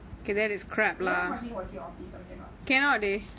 eh you want continue watching office or cannot